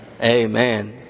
Amen